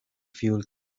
fuel